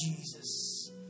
Jesus